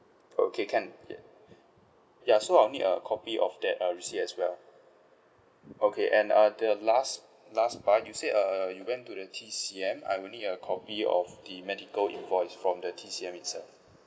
okay can yea ya so I'll need a copy of that uh receipt as well okay and uh the last last part you said uh you went to the T_C_M I will need a copy of the medical invoice from the T_C_M itself